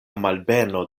malbeno